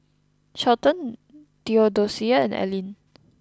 Shelton Theodocia and Aylin